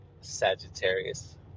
Sagittarius